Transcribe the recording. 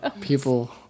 People